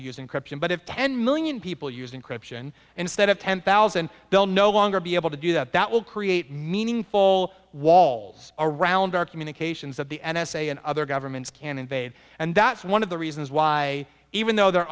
using corruption but if ten million people using christian instead of ten thousand they'll no longer be able to do that that will create meaningful walls around our communications that the n s a and other governments can invade and that's one of the reasons why even though there